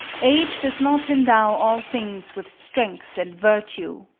age does not endow all things with strength and virtue,